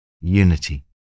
unity